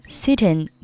sitting